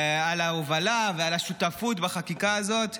על ההובלה ועל השותפות בחקיקה הזאת.